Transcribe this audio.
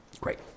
great